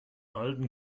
alten